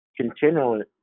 continually